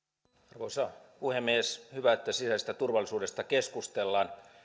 arvoisa puhemies hyvä että sisäisestä turvallisuudesta keskustellaan